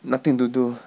nothing to do